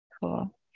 Cool